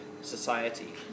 society